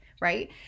right